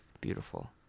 beautiful